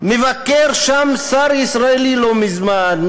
מבקר שם שר ישראלי לא מזמן,